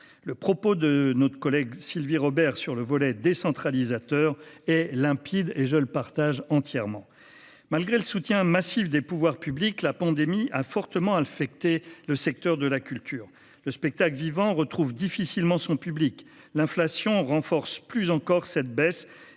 Le propos de notre collègue Sylvie Robert sur le volet décentralisateur est limpide et je le partage entièrement. Malgré le soutien massif des pouvoirs publics, la pandémie a fortement affecté le secteur de la culture. Le spectacle vivant retrouve difficilement son public. L'inflation a pour effet d'accroître plus encore la baisse